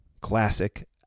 Classic